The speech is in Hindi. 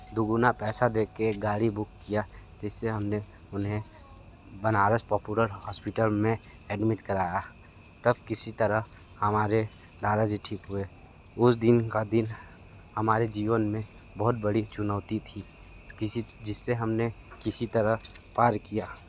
दो गुना पैसा देकर एक गाड़ी बुक किया जिससे हमने उन्हें बनारस पॉपुलर हॉस्पिटल में ऐडमिट कराया तब किसी तरह हमारे दादा जी ठीक हुए उस दिन का दिन हमारे जीवन में बहुत बड़ी चुनौती थी किसी जिससे हमने किसी तरह पार किया